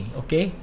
okay